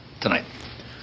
tonight